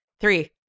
three